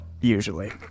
usually